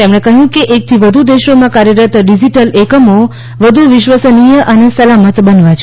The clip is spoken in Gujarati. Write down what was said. તેમણે કહ્યું કે એકથી વધુ દેશોમાં કાર્યરત ડિજીટલ એકમો વધુ વિશ્વસનીય અને સલામત બનવા જોઈએ